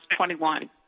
21